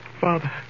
Father